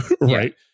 right